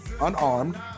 unarmed